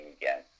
again